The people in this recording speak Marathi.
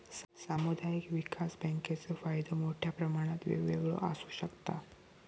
सामुदायिक विकास बँकेचो फायदो मोठ्या प्रमाणात वेगवेगळो आसू शकता